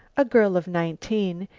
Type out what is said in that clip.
a girl of nineteen,